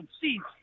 seats